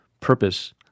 purpose